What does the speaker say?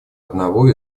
одного